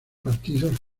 partidos